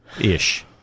ish